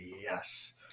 yes